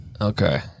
Okay